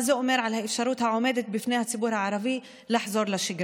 מה זה אומר על האפשרות העומדת בפני הציבור הערבי לחזור לשגרה?